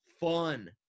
fun